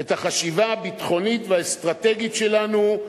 "את החשיבה הביטחונית והאסטרטגית שלנו".